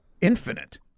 infinite